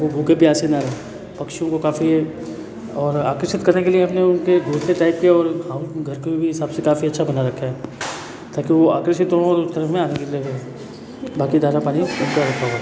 वो भूखे प्यासे न रहे पक्षियों को काफी एक और आकर्षित करने के लिए हमने उनके घोंसले टाइप के और घर के भी हिसाब से काफी अच्छा बना रखा है ताकि वह आकर्षित हो और घर में आने की जगह बने बाकी दाना पानी उनका रखा हुआ है